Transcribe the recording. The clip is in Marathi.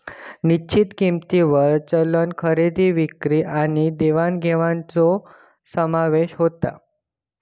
निश्चित किंमतींवर चलन खरेदी विक्री आणि देवाण घेवाणीचो समावेश होता